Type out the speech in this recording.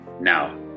Now